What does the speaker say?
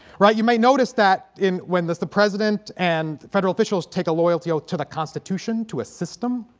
right. you may notice that in when there's the president and federal officials take a loyalty oath to the constitution to a system